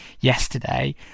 yesterday